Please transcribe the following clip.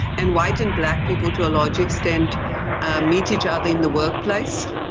and white and black people to a large extent ah meet each other in the workplace.